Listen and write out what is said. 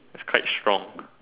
its quite strong